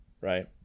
right